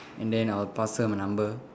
and then I'll pass her my number